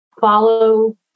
follow